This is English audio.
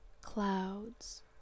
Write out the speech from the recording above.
clouds